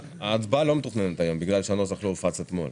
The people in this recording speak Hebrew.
ההצבעה לא מתוכננת היום בגלל שהנוסח לא הופץ אתמול.